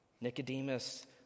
Nicodemus